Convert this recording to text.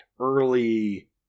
early